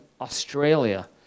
Australia